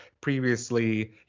previously